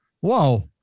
Whoa